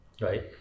Right